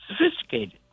sophisticated